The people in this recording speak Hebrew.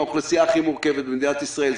האוכלוסייה הכי מורכבת במדינת ישראל.